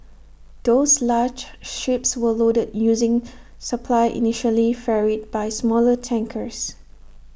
those large ships were loaded using supply initially ferried by smaller tankers